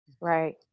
Right